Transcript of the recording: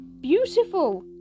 beautiful